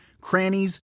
crannies